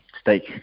steak